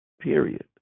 period